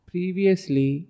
Previously